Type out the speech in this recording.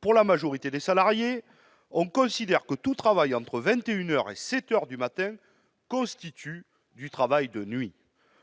Pour la majorité des salariés, on considère que tout travail entre 21 heures et 7 heures du matin constitue du travail de nuit.